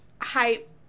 hype